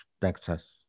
Texas